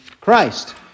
Christ